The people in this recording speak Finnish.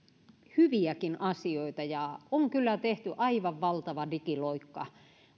hyviäkin asioita ja on kyllä tehty aivan valtava digiloikka